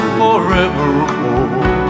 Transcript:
forevermore